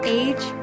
age